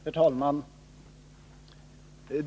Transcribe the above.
Herr talman!